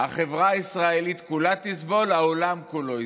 החברה הישראלית כולה תסבול, העולם כולו יסבול.